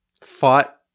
fought